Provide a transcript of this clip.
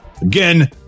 Again